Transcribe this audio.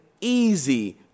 easy